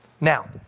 Now